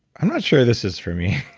i'm not sure this is for me.